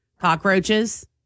Cockroaches